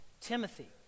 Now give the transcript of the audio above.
Timothy